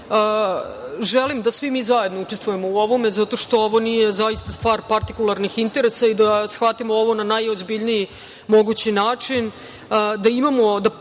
Želim da svi mi zajedno učestvujemo u ovome, zato što ovo nije zaista stvar partikularnih interesa i da shvatimo ovo na najozbiljniji mogući način,